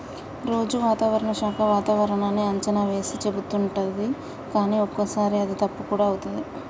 రోజు వాతావరణ శాఖ వాతావరణన్నీ అంచనా వేసి చెపుతుంటది కానీ ఒక్కోసారి అది తప్పు కూడా అవుతది